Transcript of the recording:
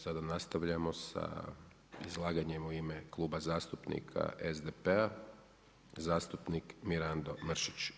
Sada nastavljamo sa izlaganjem u ime Kluba zastupnika SDP-a, zastupnik Mirando Mrsić.